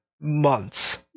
months